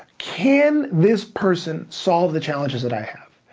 can this person solve the challenges that i have?